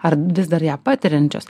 ar vis dar ją patiriančios